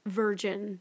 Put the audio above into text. virgin